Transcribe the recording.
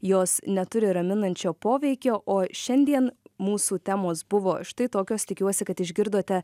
jos neturi raminančio poveikio o šiandien mūsų temos buvo štai tokios tikiuosi kad išgirdote